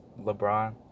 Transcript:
LeBron